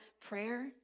prayer